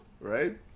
right